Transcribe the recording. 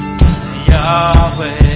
Yahweh